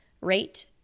rate